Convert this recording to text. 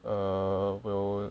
err will